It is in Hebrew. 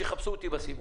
שיחפשו אותי בסיבוב.